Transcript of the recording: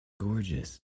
gorgeous